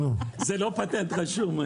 זה לא פטנט רשום.